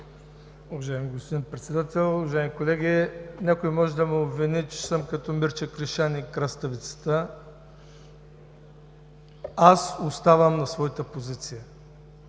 Уважаеми господин Председател, уважаеми колеги! Някой може да ме обвини, че съм като Мирча Кришан и краставицата! Аз оставам на своята позиция!